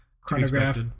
chronograph